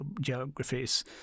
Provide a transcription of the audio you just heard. geographies